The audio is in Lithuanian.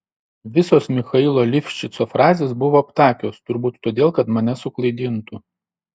visos michailo livšico frazės buvo aptakios turbūt todėl kad mane suklaidintų